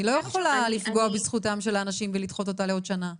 אני לא יכולה לפגוע בזכותם של האנשים ולדחות אותה לעוד שנה.